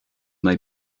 may